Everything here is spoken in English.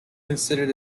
considered